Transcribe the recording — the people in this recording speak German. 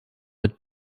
mit